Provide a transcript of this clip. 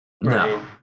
No